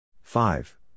five